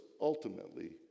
ultimately